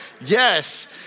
Yes